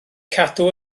cadw